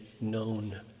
known